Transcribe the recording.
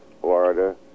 Florida